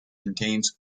contains